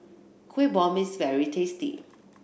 Kuih Bom is very tasty